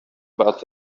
but